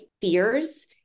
fears